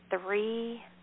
three